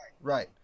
Right